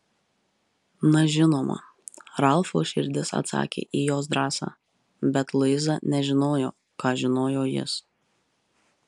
na žinoma ralfo širdis atsakė į jos drąsą bet luiza nežinojo ką žinojo jis